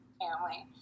family